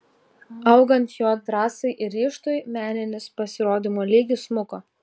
augant jo drąsai ir ryžtui meninis pasirodymo lygis smuko